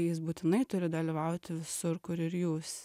jis būtinai turi dalyvauti visur kur ir jūs